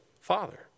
father